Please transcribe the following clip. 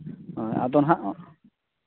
ᱦᱳᱭ ᱟᱫᱚ ᱱᱟᱦᱟᱸᱜ